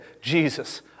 Jesus